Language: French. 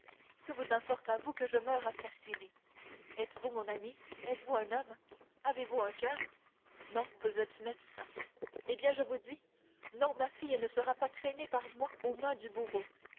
que vous importe à vous que je meure assassiné êtes-vous mon ami êtes-vous un homme avez-vous un coeur non vous êtes médecin eh bien je vous dis non ma fille ne sera pas traînée par moi aux mains du bourreau